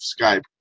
Skype